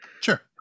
Sure